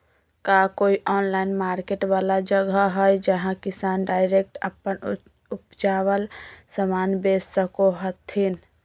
का कोई online market वाला जगह हइ जहां किसान डायरेक्ट अप्पन उपजावल समान बेच सको हथीन?